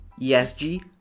ESG